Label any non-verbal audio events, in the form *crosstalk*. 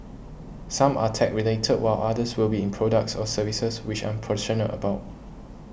some are tech related while others will be in products or services which I'm *unintelligible* about